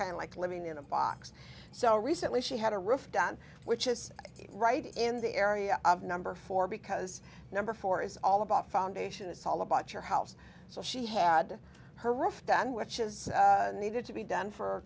of like living in a box so recently she had a roof done which is right in the area of number four because number four is all about foundation it's all about your house so she had her roof done which is needed to be done for